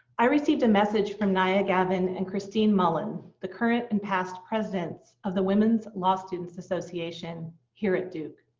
i received a message from nya gavin and christine mullen, the current and past presidents of the women's law students association here at duke.